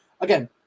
again